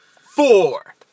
four